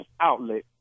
outlet